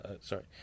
Sorry